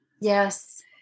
Yes